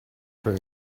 for